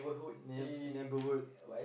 neigh neighbourhood